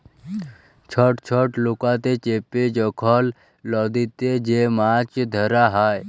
ছট ছট লকাতে চেপে যখল লদীতে যে মাছ ধ্যরা হ্যয়